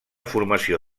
formació